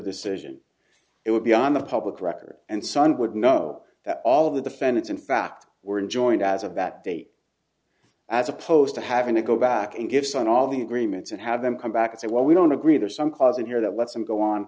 decision it would be on the public record and son would know that all of the defendants in fact were in joint as of that day as opposed to having to go back and gifts on all the agreements and have them come back and say well we don't agree there's some cause in here that lets them go on